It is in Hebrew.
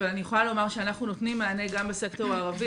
אבל אני יכולה לומר שאנחנו נותנים מענה גם בסקטור הערבי.